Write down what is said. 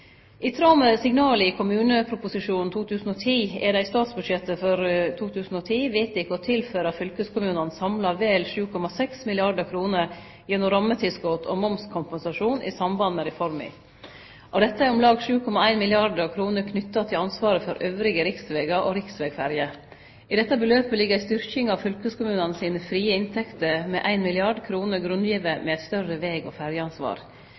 I tråd med signala i kommuneproposisjonen for 2010 er det i statsbudsjettet for 2010 vedteke å tilføre fylkeskommunane samla vel 7,6 milliardar kr gjennom rammetilskot og momskompensasjon i samband med reforma. Av dette er om lag 7,1 milliardar kr knytte til ansvaret for andre riksvegar og riksvegferjer. I dette beløpet ligg ei styrking av fylkeskommunane sine frie inntekter med 1 milliard kr grunngitt med eit større veg- og ferjeansvar.